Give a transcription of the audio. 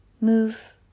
Move